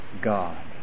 God